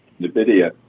NVIDIA